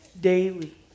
daily